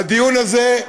הדיון הזה,